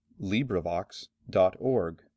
LibriVox.org